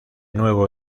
nuevo